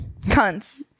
Cunts